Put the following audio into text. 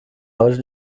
heute